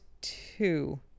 two